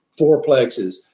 fourplexes